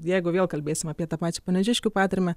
jeigu vėl kalbėsim apie tą pačią panevėžiškių patarmę